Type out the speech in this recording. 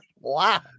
wow